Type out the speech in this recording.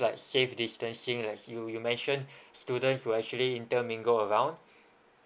like safe distancing like you you mentioned students who actually intermingle around